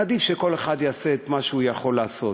עדיף שכל אחד יעשה את מה שהוא יכול לעשות,